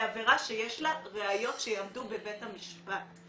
לעבירה שיש לה ראיות שיעמדו בבית המשפט.